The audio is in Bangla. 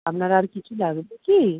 আপনার আর কিছু লাগবে কি